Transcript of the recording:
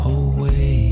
away